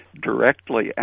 directly